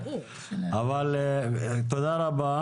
תודה רבה.